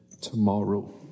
tomorrow